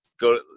go